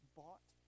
bought